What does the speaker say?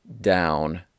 down